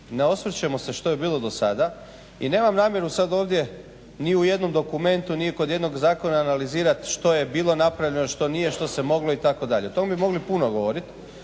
Ne osvrćemo se što je bilo do sada i nemam namjeru sad ovdje ni u jednom dokumentu, ni kod jednog zakona analizirat što je bilo napravljeno, što nije, što se moglo itd. O tom bi mogli puno govorit,